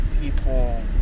people